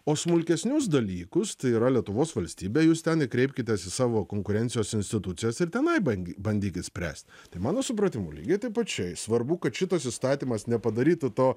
o smulkesnius dalykus tai yra lietuvos valstybė jūs ten kreipkitės į savo konkurencijos institucijas ir tenai bangy bandyt spręst tai mano supratimu lygiai taip pačiai svarbu kad šitas įstatymas nepadarytų to